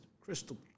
crystal